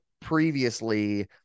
previously